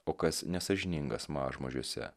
o kas nesąžiningas mažmožiuose